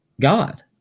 God